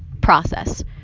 process